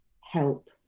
help